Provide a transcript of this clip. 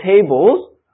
tables